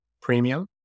premium